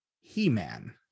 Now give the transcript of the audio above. he-man